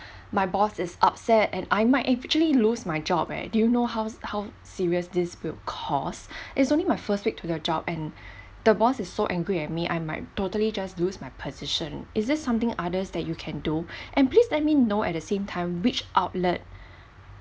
my boss is upset and I might actually lose my job eh do you know how's how serious this will cause it's only my first week to the job and the boss is so angry at me I might totally just lose my position is this something others that you can do and please let me know at the same time which outlet